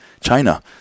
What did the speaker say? China